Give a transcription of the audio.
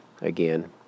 again